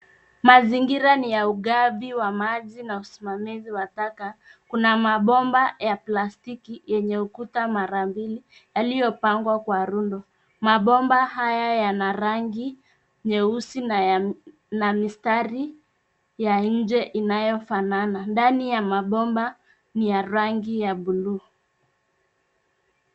Mazingira ni ya ugavi wa maji na usimamizi wa taka. Kuna mabomba ya plastiki yenye ukuta marambili yaliyopangwa kwa rundo. Mabomba haya yana rangi, nyeusi na mistari ya inje inayofanana. Ndani ya mabomba ni ya rangi ya buluu.